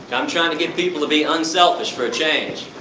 i'm trying to get people to be unselfish, for a change.